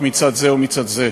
או למצ"ח, מצד זה או מצד זה.